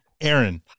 Aaron